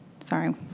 sorry